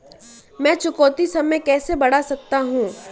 मैं चुकौती समय कैसे बढ़ा सकता हूं?